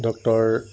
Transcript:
doctor